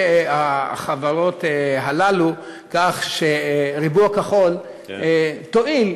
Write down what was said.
החברות הללו כך ש"הריבוע הכחול" תואיל,